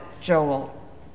Joel